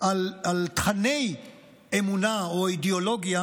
על תוכני אמונה או אידיאולוגיה,